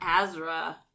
Azra